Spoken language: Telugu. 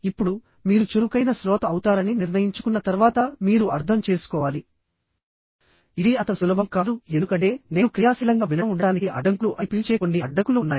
ఇప్పుడు మీరు చురుకైన శ్రోత అవుతారని నిర్ణయించుకున్న తర్వాత మీరు అర్థం చేసుకోవాలి ఇది అంత సులభం కాదు ఎందుకంటే నేను క్రియాశీలంగా వినడం ఉండటానికి అడ్డంకులు అని పిలిచే కొన్ని అడ్డంకులు ఉన్నాయి